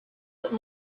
that